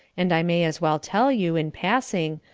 and i may as well tell you, in passing,